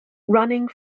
running